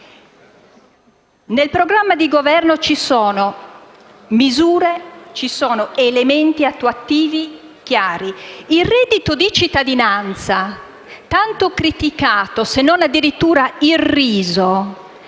Nel programma di Governo ci sono misure ed elementi attuativi chiari. Il reddito di cittadinanza, tanto criticato, se non addirittura irriso,